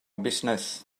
business